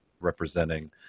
representing